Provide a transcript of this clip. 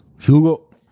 Hugo